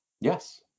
Yes